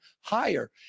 higher